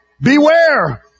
Beware